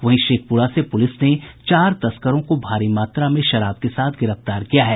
वहीं शेखपुरा से पुलिस ने चार तस्करों को भारी मात्रा में शराब के साथ गिरफ्तार किया है